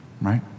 right